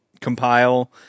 compile